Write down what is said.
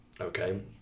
okay